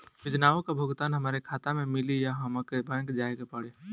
योजनाओ का भुगतान हमरे खाता में मिली या हमके बैंक जाये के पड़ी?